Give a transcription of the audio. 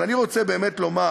אבל אני רוצה לומר